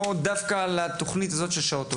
או ספציפית על התכנית הזו של שעות עולים?